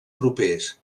propers